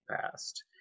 past